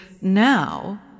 now